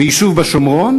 ביישוב בשומרון,